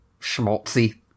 schmaltzy